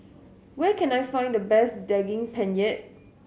where can I find the best Daging Penyet